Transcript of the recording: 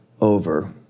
over